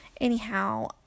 anyhow